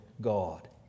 God